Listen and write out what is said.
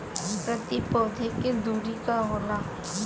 प्रति पौधे के दूरी का होला?